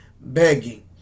begging